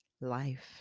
life